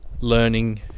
learning